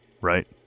right